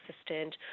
assistant